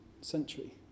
century